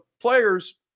players